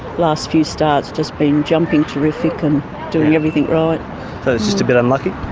last few starts, just been jumping terrific and doing everything right. so it's just a bit unlucky?